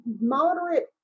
moderate